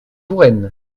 touraine